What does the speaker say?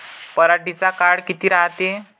पराटीचा काळ किती रायते?